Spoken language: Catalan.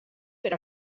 per